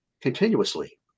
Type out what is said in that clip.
continuously